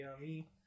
yummy